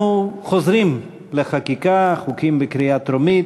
אנחנו חוזרים לחקיקה, חוקים לקריאה טרומית,